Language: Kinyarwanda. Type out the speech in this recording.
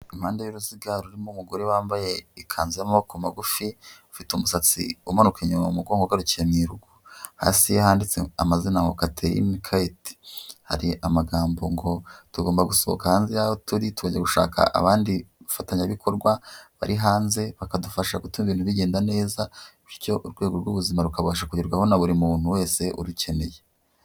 Impande y'uruziga rurimo umugore wambaye ikanzu y'amaboko magufi, ufite umusatsi umanuka inyuma mu mugongo ugarukiye mu irugu. Hasi ye handitse amazina ngo Katherine Kaite. Hari amagambo ngo: '' Tugomba gusohoka hanze y'aho turi, tukajya gushaka abandi bafatanyabikorwa bari hanze, bakadufasha gutuma ibintu bigenda neza bityo urwego rw'ubuzima rukabasha kugerwaho na buri muntu wese urukeneye.